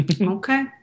Okay